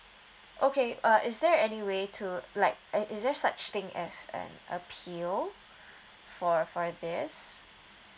okay uh is there any way to like uh is there such thing as an appeal for for this